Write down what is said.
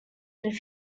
would